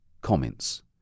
comments